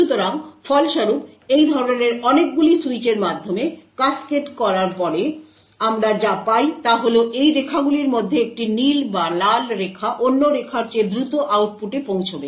সুতরাং ফলস্বরূপ এই ধরনের অনেকগুলি সুইচের মাধ্যমে ক্যাসকেড করার পরে আমরা যা পাই তা হল এই রেখাগুলির মধ্যে একটি নীল বা লাল রেখা অন্য রেখার চেয়ে দ্রুত আউটপুটে পৌঁছাবে